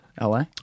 LA